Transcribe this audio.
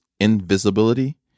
invisibility